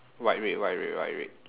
white red white red white red